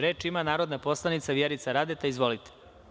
Reč ima narodni poslanik Vjerica Radeta, izvolite.